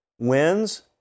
wins